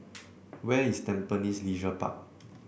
where is Tampines Leisure Park